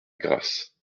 grasse